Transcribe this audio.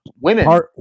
Women